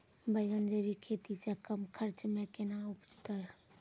बैंगन जैविक खेती से कम खर्च मे कैना उपजते?